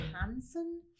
Hansen